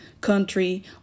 country